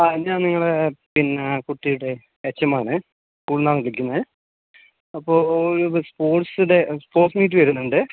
ആ ഞാൻ നിങ്ങളെ പിന്നെ കുട്ടിയുടെ എച് എം ആണ് സ്കൂളിൽ നിന്നാണ് വിളിക്കുന്നത് അപ്പോൾ സ്പോർട്സ് ഡേ സ്പോർട്സ് മീറ്റ് വരുന്നുണ്ട്